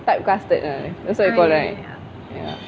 type casted uh that's what it call right ya